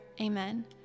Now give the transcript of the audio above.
Amen